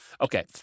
okay